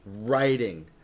writing